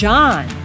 John